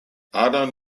adam